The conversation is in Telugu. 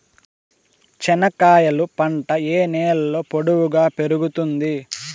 చెనక్కాయలు పంట ఏ నేలలో పొడువుగా పెరుగుతుంది?